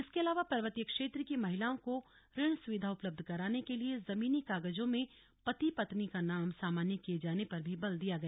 इसके अलावा पर्वतीय क्षेत्र की महिलाओं को ऋण सुविधा उपलब्ध कराने के लिये जमीनी कागजों में पति पत्नी का नाम सामान्य किये जाने पर भी बल दिया गया